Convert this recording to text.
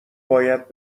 باید